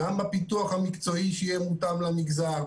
גם בפיתוח המקצועי שיהיה מותאם למגזר,